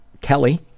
kelly